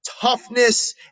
toughness